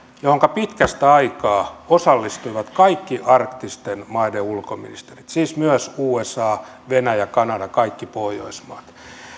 johonka pitkästä aikaa osallistuivat kaikki arktisten maiden ulkoministerit siis myös usa venäjä kanada kaikki pohjoismaat